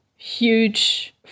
huge